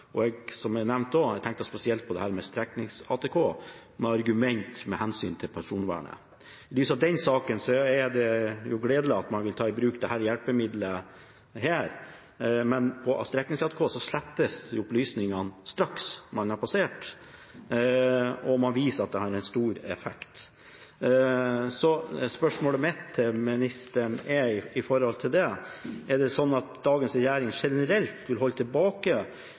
og jeg tenkte da spesielt på – som jeg også nevnte – dette med streknings-ATK og argumenter med hensyn til personvernet. I lys av den saken er det gledelig at man vil ta i bruk dette hjelpemiddelet, men på streknings-ATK slettes opplysningene straks man har passert, og man viser at det har en stor effekt. Så spørsmålet mitt til ministeren med tanke på det er: Er det sånn at dagens regjering generelt vil holde tilbake